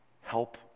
Help